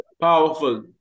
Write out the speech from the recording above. Powerful